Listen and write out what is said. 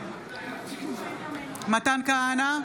בעד מתן כהנא,